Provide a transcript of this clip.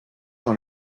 dans